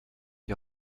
die